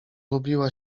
lubiła